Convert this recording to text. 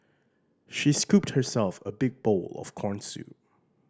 she scooped herself a big bowl of corn soup